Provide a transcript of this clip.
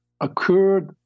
occurred